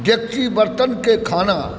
डेकची बर्तनके खाना